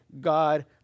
God